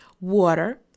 water